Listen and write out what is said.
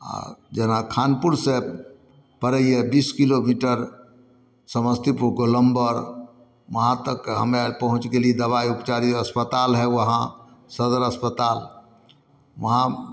आओर जेना खानपुरसँ पड़ैए बीस किलोमीटर समस्तीपुर गोलम्बर उहाँ तकके हमे आर पहुँच गेली दबाइ उपचारी अस्पताल है उहाँ सदर अस्पताल उहाँ